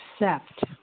accept